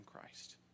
Christ